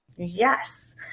Yes